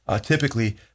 typically